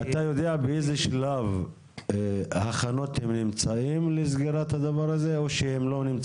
אתה יודע האם יש הכנות לסגירת הדבר הזה או לא?